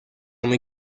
muy